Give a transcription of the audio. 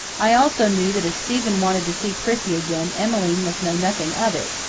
i also knew that if stephen wanted to see prissy again emmeline must know nothing of it,